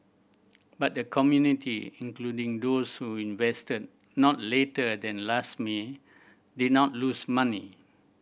but the community including those who invested not later than last May did not lose money